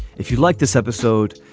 if you'd like this episode.